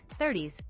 30s